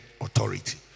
authority